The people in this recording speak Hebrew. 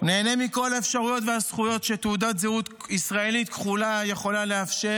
נהנה מכל האפשרויות והזכויות שתעודת זהות ישראלית כחולה יכולה לאפשר,